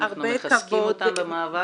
ואנחנו מחזקים אותם במאבק.